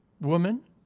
Woman